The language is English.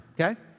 okay